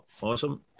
awesome